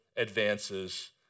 advances